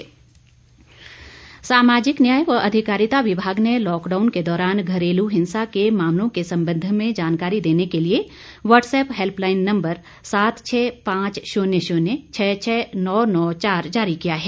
घरेलू हिंसा सामाजिक न्याय व अधिकारिता विभाग ने लॉकडाउन के दौरान घरेलू हिंसा के मामलों के संबंध में जानकारी देने के लिए व्हाट्सएप्प हेल्पलाईन नम्बर सात छः पांच शून्य शून्य छः छः नौ नौ चार जारी किया है